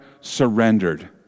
surrendered